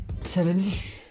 Seventy